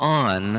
on